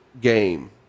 game